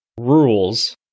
rules